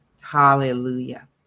Hallelujah